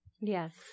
Yes